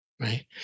right